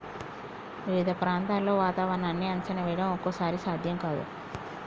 వివిధ ప్రాంతాల్లో వాతావరణాన్ని అంచనా వేయడం ఒక్కోసారి సాధ్యం కాదు